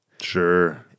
Sure